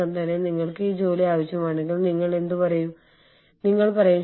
കൂടാതെ നമ്മൾ ഇതിനെക്കുറിച്ച് അടുത്ത പ്രഭാഷണത്തിൽ നമ്മൾ മിക്കവാറും സംസാരിക്കും